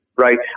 right